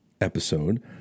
episode